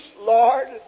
Lord